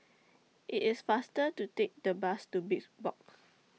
IT IS faster to Take The Bus to Box